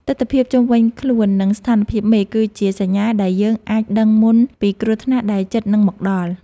ទិដ្ឋភាពជុំវិញខ្លួន និងស្ថានភាពមេឃ គឺជាសញ្ញាដែលយើងអាចដឹងមុនពីគ្រោះថ្នាក់ដែលជិតនឹងមកដល់។